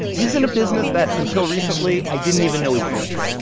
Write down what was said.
he's in a business that until recently i didn't even know existed.